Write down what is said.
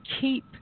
keep